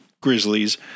grizzlies